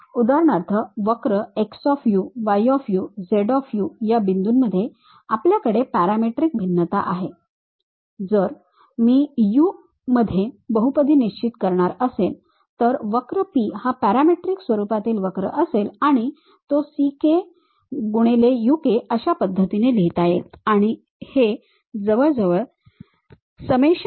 उदाहरणार्थ वक्र x y z या बिंदूमध्ये आपल्याकडे पॅरामेट्रिक भिन्नता आहे जर मी u मध्ये बहुपदी निश्चित करणार असेन तर वक्र P हा पॅरामेट्रिक स्वरूपातील वक्र असेल आणि तो ck X uk अशा पद्धतीने लिहिता येईल आणि हे जवळजवळ ⅀k0 अशा प्रकारचे आहे